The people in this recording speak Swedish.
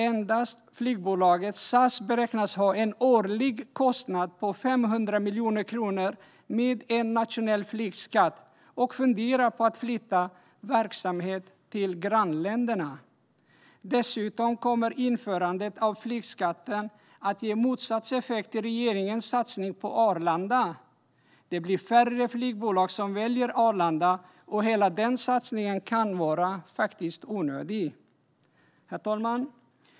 Endast flygbolaget SAS beräknas ha en årlig kostnad på 500 miljoner kronor med en nationell flygskatt och funderar på att flytta verksamhet till grannländerna. Dessutom kommer införandet av flygskatten att ge motsatt effekt till regeringens satsning på Arlanda. Det blir färre flygbolag som väljer Arlanda, och hela den satsningen kan vara onödig. Herr talman!